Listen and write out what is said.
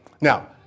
Now